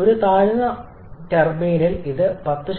ഒരു താഴ്ന്ന മർദ്ദമുള്ള ടർബൈനിൽ ഇത് 10